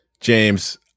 James